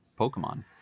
Pokemon